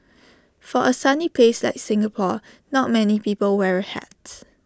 for A sunny place like Singapore not many people wear A hat